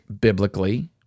biblically